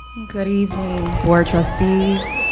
good evening, board trustees,